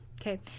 Okay